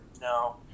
No